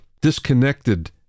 disconnected